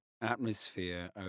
atmosphere